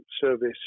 service